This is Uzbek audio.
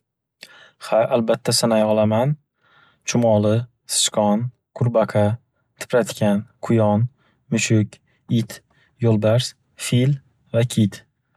Ha, albatta, sanay olaman. Chumoli, sichkon, qurbaqa, tipratkan, quyon, mushuk, it, yo'lbars, fil va kit.